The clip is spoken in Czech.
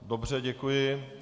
Dobře, děkuji.